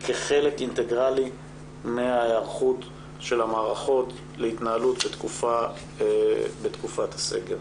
כחלק אינטגרלי מההיערכות של המערכות להתנהלות בתקופת הסגר.